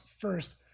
first